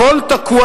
הכול תקוע,